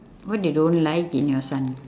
what you don't like in your son